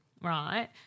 Right